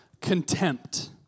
Contempt